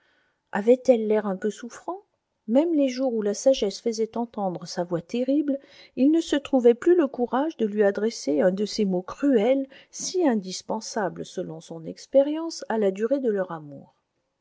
avait-elle l'air un peu souffrant même les jours où la sagesse faisait entendre sa voix terrible il ne se trouvait plus le courage de lui adresser un de ces mots cruels si indispensables selon son expérience à la durée de leur amour